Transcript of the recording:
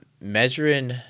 measuring